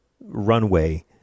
runway